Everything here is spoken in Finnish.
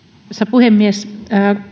puhemies